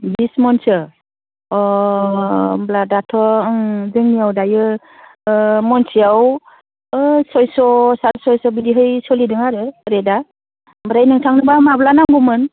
बिस मनसो अ होनब्ला दाथ' ओं जोंनियाव दायो मनसेयाव सयस' सारै सयस' बिदिहै सोलिदों आरो रेटआ ओमफ्राय नोंथांनोब्ला माब्ला नांगौमोन